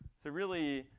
so really,